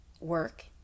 work